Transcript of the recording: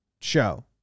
show